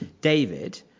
David